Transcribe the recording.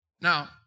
Now